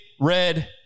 Red